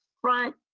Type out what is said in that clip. front